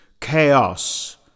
Chaos